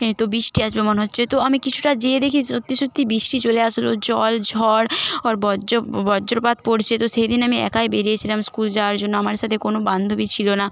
হ্যাঁ তো বৃষ্টি আসবে মনে হচ্ছে তো আমি কিছুটা যেয়ে দেখি সত্যি সত্যি বৃষ্টি চলে আসলো জল ঝড় ওর বজ্য বজ্রপাত পড়ছে তো সেই দিন আমি একাই বেরিয়েছিলাম স্কুল যাওয়ার জন্য আমার সাথে কোনো বান্ধবী ছিলো না